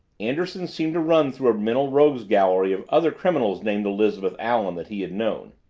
anderson seemed to run through a mental rogues gallery of other criminals named elizabeth allen that he had known.